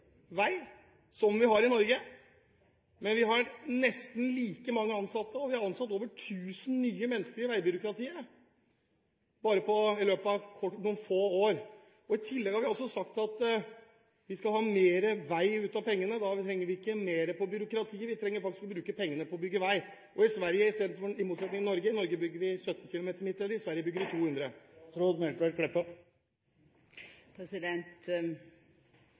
Norge, men vi har nesten like mange ansatte? Vi har ansatt over 1 000 nye mennesker i veibyråkratiet bare i løpet av noen få år. I tillegg har vi også sagt at vi skal ha mer vei ut av pengene. Da trenger vi ikke å bruke mer på byråkrati, vi trenger faktisk å bruke pengene på å bygge vei. I Sverige bygger de, i motsetning til Norge, 200 km med midtdelere. I Norge bygger vi 17 km. Aller fyrst håpar eg at òg representanten Hoksrud registrerer at i